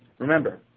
remember,